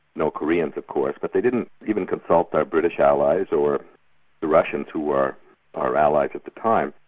no koreans of course, but they didn't even consult their british allies or the russians who were our allies at the time.